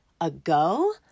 ago